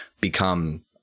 become